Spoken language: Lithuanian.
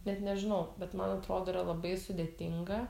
bet nežinau bet man atrodo yra labai sudėtinga